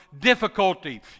difficulty